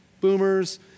boomers